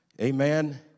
amen